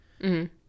-hmm